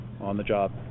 on-the-job